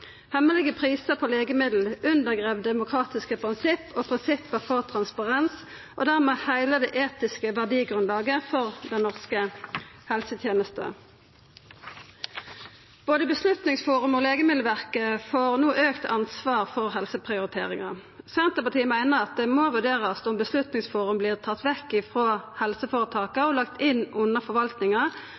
Hemmelege prisar på legemiddel undergrev demokratiske prinsipp og prinsipp for transparens, og dimed heile det etiske verdigrunnlaget for den norske helsetenesta. Både Beslutningsforum og Legemiddelverket får no auka ansvar for helseprioriteringane. Senterpartiet meiner det må vurderast om Beslutningsforum vert tatt vekk frå helseføretaka og lagt inn under forvaltninga,